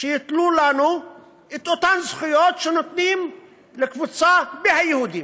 שייתנו לנו את אותן זכויות שנותנים לקבוצה מהיהודים.